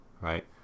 right